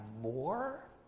more